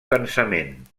cansament